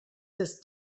des